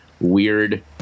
weird